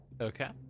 Okay